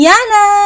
Yana